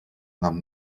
нам